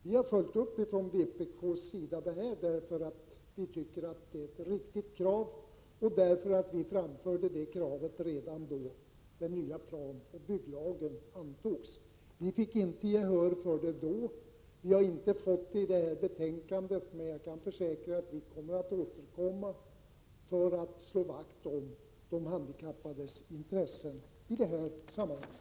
Vi har från vpk:s sida följt upp det, därför att vi tycker att det är ett riktigt krav. Vi framförde det kravet redan då den nya planoch bygglagen antogs. Vi fick inte gehör för det då, och vi har inte fått det i det här betänkandet, men jag kan försäkra att vi återkommer för att slå vakt om de handikappades intressen i det här sammanhanget.